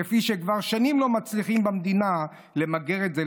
כפי שכבר שנים לא מצליחים במדינה למגר את זה,